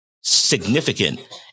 significant